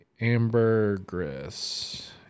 Ambergris